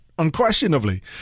unquestionably